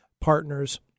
partners